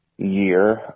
Year